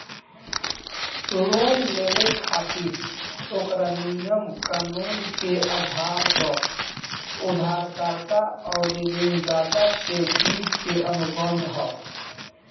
loan लेबे खातिर ओकरा नियम कानून के आधार पर उधारकर्ता अउरी ऋणदाता के बीच के अनुबंध ह